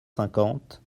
cinquante